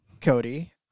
Cody